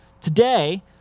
Today